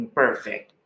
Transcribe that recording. perfect